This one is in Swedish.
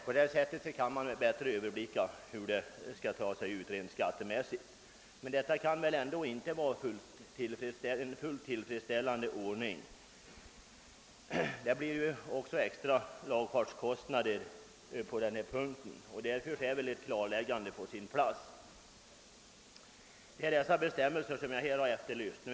På det sättet kan man bättre överblicka de skattemässiga konsekvenserna. Detta kan ändå inte vara en fullt tillfredsställande ordning. Ett sådant förfarande medför också extra lagfartskostnader. Därför är ett klarläggande på sin plats, och det är sådana anvisningar jag har efterlyst.